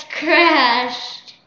crashed